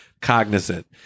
cognizant